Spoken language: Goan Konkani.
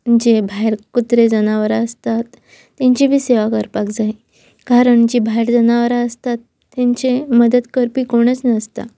जे भायर कुत्रे जनावरां आसतात तेंची बी सेवा करपाक जाय कारण जी भायर जनावरां आसतात तेंचे मदत करपी कोणच नासता